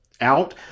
out